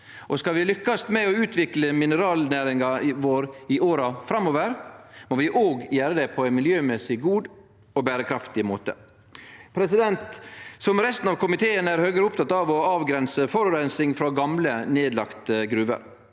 Skal vi lykkast med å utvikle mineralnæringa vår i åra framover, må vi gjere det på ein miljømessig god og berekraftig måte. Som resten av komiteen er Høgre oppteke av å avgrense forureining frå gamle, nedlagde gruver.